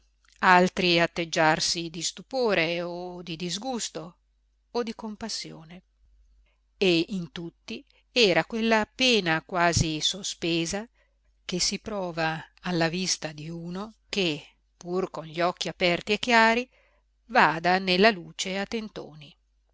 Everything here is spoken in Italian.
altri atteggiarsi di stupore o di disgusto o di compassione e in tutti era quella pena quasi sospesa che si prova alla vista di uno che pur con gli occhi aperti e chiari vada nella luce a tentoni